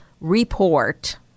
report